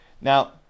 Now